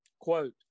Quote